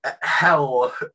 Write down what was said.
hell